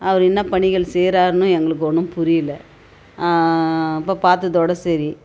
அவர் என்ன பணிகள் செய்யறாருன்னும் எங்களுக்கு ஒன்றும் புரியல அப்போ பார்த்ததோட சரி